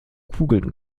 kugeln